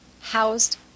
housed